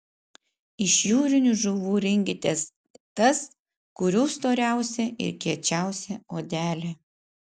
iš jūrinių žuvų rinkitės tas kurių storiausia ir kiečiausia odelė